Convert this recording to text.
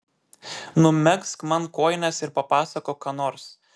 numegzk man kojines ir papasakok ką nors